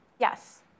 Yes